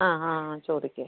ആ ആ ആ ചോദിക്ക്